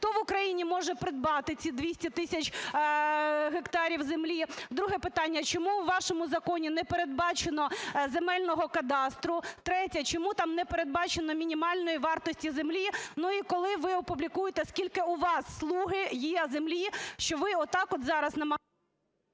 Хто в Україні може придбати ці 200 тисяч гектарів землі? Друге питання. Чому у вашому законі не передбачено земельного кадастру? Третє. Чому там не передбачено мінімальної вартості землі? Ну, і коли ви опублікуєте, скільки у вас, "слуги", є землі, що ви отак от зараз намагаєтесь...